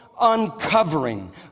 uncovering